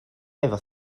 efo